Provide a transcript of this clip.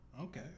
Okay